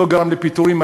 זה לא גרם לפיטורים.